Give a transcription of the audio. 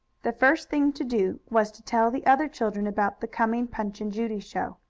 the first thing to do was to tell the other children about the coming punch and judy show.